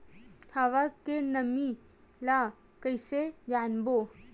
हवा के नमी ल कइसे जानबो?